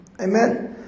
Amen